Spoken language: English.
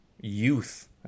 youth